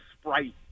Sprite